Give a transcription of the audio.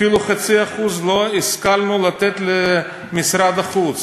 אפילו 0.5% לא השכלנו לתת למשרד החוץ.